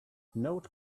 note